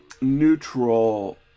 neutral